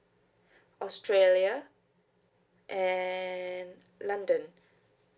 australia and london